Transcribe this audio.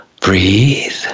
Breathe